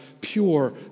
pure